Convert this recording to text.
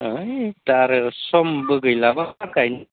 ऐ दा आरो समबो गैलाबा गायनो